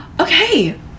Okay